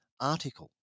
article